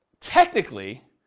technically